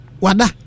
wada